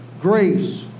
grace